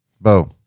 Bo